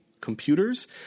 Computers